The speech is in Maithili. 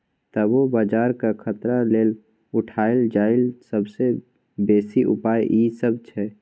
तबो बजारक खतरा लेल उठायल जाईल सबसे बेसी उपाय ई सब छै